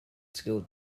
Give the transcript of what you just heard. skill